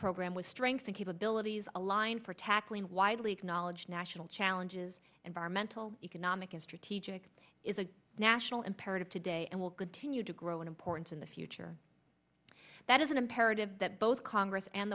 program with strength and capabilities aligned for tackling widely acknowledged national challenges environmental economic and strategic is a national imperative today and will continue to grow in importance in the future that is an imperative that both congress and